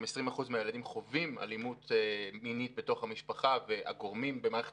אם 20 אחוזים מהילדים חווים אלימות מינית בתוך המשפחה והגורמים במערכת